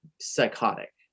psychotic